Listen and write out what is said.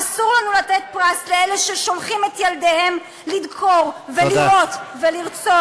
אסור לנו לתת פרס לאלה ששולחים את ילדיהם לדקור ולירות ולרצוח.